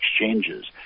exchanges